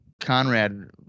Conrad